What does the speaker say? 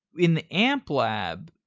in the amplab,